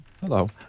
Hello